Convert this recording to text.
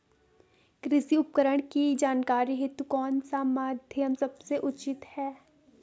कृषि उपकरण की जानकारी हेतु कौन सा माध्यम सबसे उचित है?